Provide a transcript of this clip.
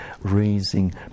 raising